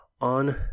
on